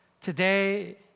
Today